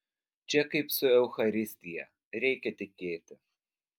čia kaip su eucharistija reikia tikėti